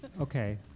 okay